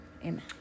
Amen